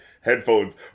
headphones